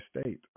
state